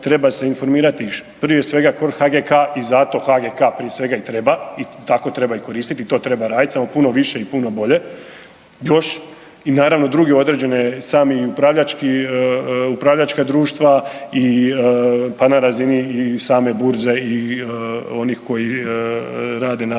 treba se informirati prije svega kod HGK i zato HGK prije svega i treba i tako treba i koristiti i to treba radit samo puno više i puno bolje još. I naravno druge određene sami upravljački, upravljačka društva, pa na razini i same burze i onih koji rade na